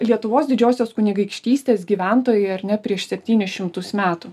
lietuvos didžiosios kunigaikštystės gyventojai ar ne prieš septynis šimtus metų